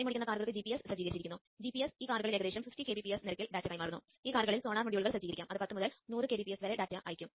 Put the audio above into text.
റിസീവറും പരസ്പരം കാഴ്ചയുടെ വരിയിലാണെങ്കിൽ അത് കൂടുതൽ മാറുന്നു